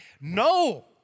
No